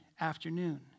afternoon